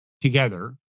together